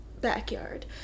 Backyard